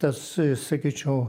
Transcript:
tas sakyčiau